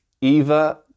Eva